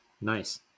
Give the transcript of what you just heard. nice